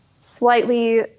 slightly